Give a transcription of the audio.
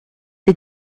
des